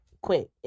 quick